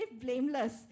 blameless